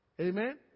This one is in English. Amen